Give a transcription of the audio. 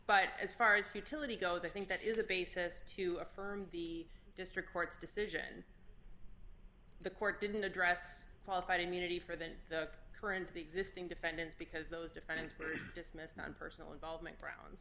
but as far as futility goes i think that is a basis to affirm the district court's decision the court didn't address qualified immunity for than current existing defendants because those defendants very dismissed on personal involvement